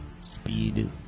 speed